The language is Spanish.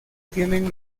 tienen